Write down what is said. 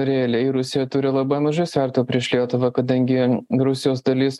realiai rusija turi labai mažai svertų prieš lietuvą kadangi rusijos dalis